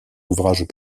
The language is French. ouvrages